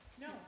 No